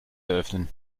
eröffnen